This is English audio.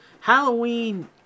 Halloween